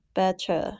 better